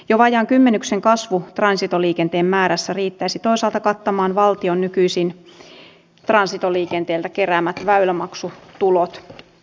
jo vajaan kymmenyksen kasvu transitoliikenteen määrässä riittäisi toisaalta kattamaan valtion transitoliikenteeltä nykyisin keräämät väylämaksutulot